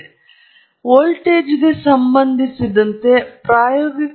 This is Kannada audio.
ನೀವು 70 ಡಿಗ್ರಿ ಸಿ 100 ಗ್ರಾಂ ಆರ್ಎಚ್ ಎಂದು ಹೇಳಲು ಸಾಧ್ಯವಿಲ್ಲ